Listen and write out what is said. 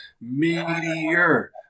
Meteor